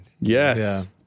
Yes